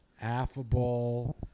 Affable